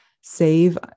save